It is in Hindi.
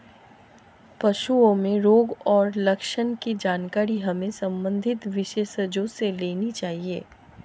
पशुओं में रोग और लक्षण की जानकारी हमें संबंधित विशेषज्ञों से लेनी चाहिए